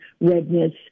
redness